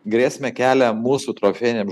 grėsmę kelia mūsų trofėjam